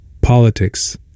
politics